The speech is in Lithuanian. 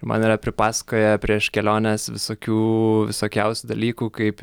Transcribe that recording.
man yra pripasakoję prieš keliones visokių visokiausių dalykų kaip